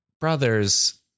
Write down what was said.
brothers